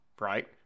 Right